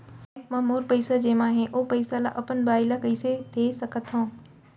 Bank म मोर पइसा जेमा हे, ओ पइसा ला अपन बाई ला कइसे दे सकत हव?